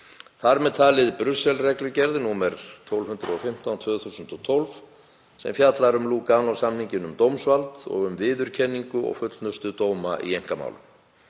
þar með talið Brussel-reglugerð nr. 1215/2012 sem m.a. fjallar um Lúganósamninginn um dómsvald og um viðurkenningu og fullnustu dóma í einkamálum.